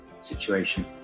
situation